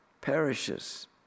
perishes